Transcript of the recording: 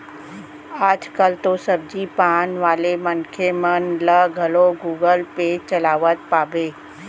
आज कल तो सब्जी पान वाले मनखे मन ल घलौ गुगल पे चलावत पाबे